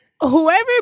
Whoever